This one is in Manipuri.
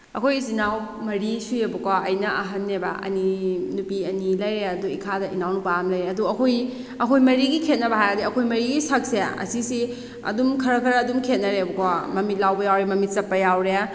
ꯑꯩꯈꯣꯏ ꯏꯆꯤꯟ ꯏꯅꯥꯎ ꯃꯔꯤ ꯁꯨꯏꯑꯦꯕꯀꯣ ꯑꯩꯅ ꯑꯍꯟꯅꯦꯕ ꯑꯅꯤ ꯅꯨꯄꯤ ꯑꯅꯤ ꯂꯩꯔꯦ ꯑꯗꯨ ꯏꯈꯥꯗ ꯏꯅꯥꯎꯅꯨꯄꯥ ꯑꯃ ꯂꯩꯔꯦ ꯑꯗꯣ ꯑꯩꯈꯣꯏ ꯑꯩꯈꯣꯏ ꯃꯔꯤꯒꯤ ꯈꯦꯅꯕ ꯍꯥꯏꯔꯒꯗꯤ ꯑꯩꯈꯣꯏ ꯃꯔꯤ ꯁꯛꯁꯦ ꯑꯁꯤꯁꯤ ꯑꯗꯨꯝ ꯈꯔ ꯈꯔ ꯑꯗꯨꯝ ꯈꯦꯅꯔꯦꯕꯀꯣ ꯃꯃꯤꯠ ꯂꯥꯎꯕ ꯌꯥꯎꯔꯦ ꯃꯃꯤꯠ ꯆꯞꯄ ꯌꯥꯎꯔꯦ